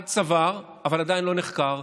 עד צוואר אבל עדיין לא נחקר,